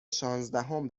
شانزدهم